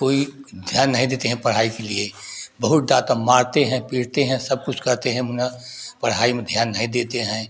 कोई ध्यान नहीं देते हैं पढ़ाई के लिए बहुत डांट मारते हैं पीटते हैं सबकुछ करते हैं मुद्रा पढ़ाई में ध्यान नहीं देते हैं